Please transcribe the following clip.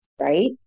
Right